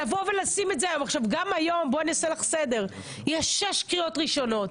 בואי אני אעשה לך סדר: גם היום יש שש קריאות ראשונות.